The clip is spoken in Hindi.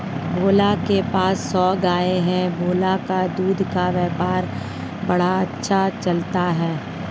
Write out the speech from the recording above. भोला के पास सौ गाय है भोला का दूध का व्यापार बड़ा अच्छा चलता है